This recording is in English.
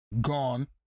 gone